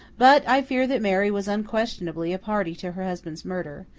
but, i fear that mary was unquestionably a party to her husband's murder,